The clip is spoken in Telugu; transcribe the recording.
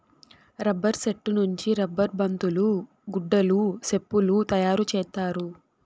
రబ్బర్ సెట్టు నుంచి రబ్బర్ బంతులు గుడ్డలు సెప్పులు తయారు చేత్తారు